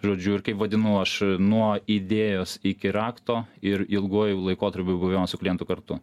žodžiu ir kaip vadinu aš nuo idėjos iki rakto ir ilguoju laikotarpiu buvimo su klientu kartu